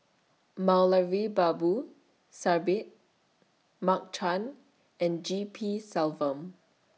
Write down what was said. Moulavi Babu Sahib Mark Chan and G P Selvam